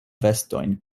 vestojn